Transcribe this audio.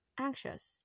anxious